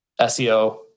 SEO